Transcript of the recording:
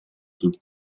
sul